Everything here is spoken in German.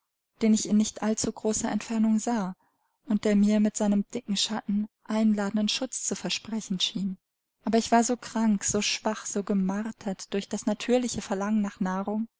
den ich in nicht allzu großer entfernung sah und der mir mit seinem dicken schatten einladenden schutz zu versprechen schien aber ich war so krank so schwach so gemartert durch das natürliche verlangen nach nahrung